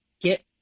get